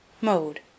mode